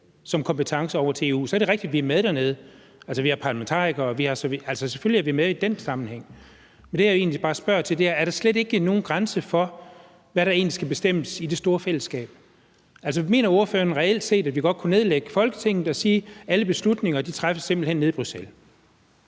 kompetence. Så er det rigtigt, at vi er med dernede – altså, vi har parlamentarikere, og selvfølgelig er vi med i dén sammenhæng. Det, jeg egentlig bare spørger til, er, om der slet ikke er nogen grænse for, hvad der egentlig skal bestemmes i det store fællesskab. Altså, mener ordføreren reelt set, at vi godt kunne nedlægge Folketinget og sige, at alle beslutninger simpelt hen træffes nede i Bruxelles?